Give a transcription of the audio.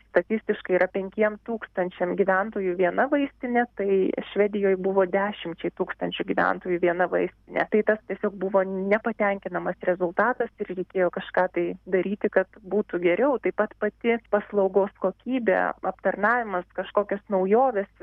statistiškai yra penkiem tūkstančiam gyventojų viena vaistinė tai švedijoj buvo dešimčiai tūkstančių gyventojų viena vaistinė tai tas tiesiog buvo nepatenkinamas rezultatas ir reikėjo kažką tai daryti kad būtų geriau taip pat pati paslaugos kokybė aptarnavimas kažkokios naujovės